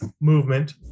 movement